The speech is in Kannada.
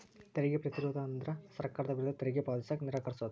ತೆರಿಗೆ ಪ್ರತಿರೋಧ ಅಂದ್ರ ಸರ್ಕಾರದ ವಿರುದ್ಧ ತೆರಿಗೆ ಪಾವತಿಸಕ ನಿರಾಕರಿಸೊದ್